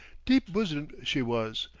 deep bosomed she was,